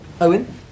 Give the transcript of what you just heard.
Owen